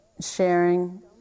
sharing